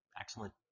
Excellent